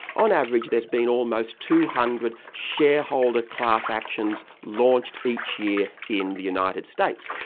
on average there's been almost two hundred shareholder class actions launched each year in the united states.